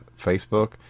Facebook